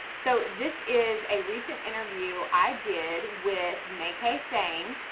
so this is a recent interview i did with make a saying.